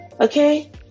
Okay